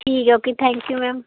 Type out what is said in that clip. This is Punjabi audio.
ਠੀਕ ਹੈ ਓਕੇ ਥੈਂਕ ਯੂ ਮੈਮ